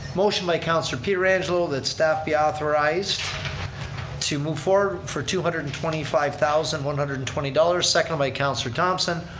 motion by councilor pietrangelo that staff be authorized to move forward for two hundred and twenty five thousand one hundred and twenty dollars, seconded by councilor thomson.